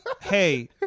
hey